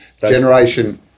generation